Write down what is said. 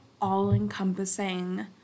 all-encompassing